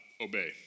obey